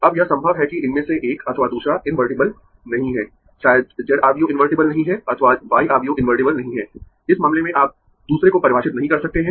अब यह संभव है कि इनमें से एक अथवा दूसरा इन्वर्टिबल नहीं है शायद Z आव्यूह इन्वर्टिबल नहीं है अथवा y आव्यूह इन्वर्टिबल नहीं है इस मामले में आप दूसरे को परिभाषित नहीं कर सकते है